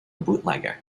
bootlegger